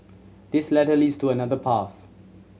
this ladder leads to another path